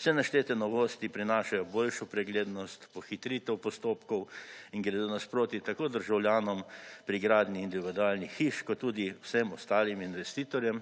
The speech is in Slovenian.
Vse naštete novosti prinašajo boljšo preglednost, pohitritev postopkov in gredo nasproti tako državljanom pri gradnji individualnih hiš kot tudi vsem ostalim investitorje.